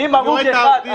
אם הרוג אחד,